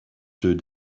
ceux